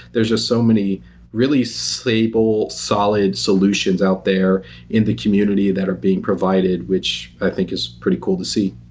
there's just so many really stable, solid solutions out there in the community that are being provided, which i think is pretty cool to see